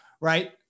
right